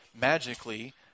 magically